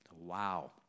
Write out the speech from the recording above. Wow